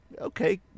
okay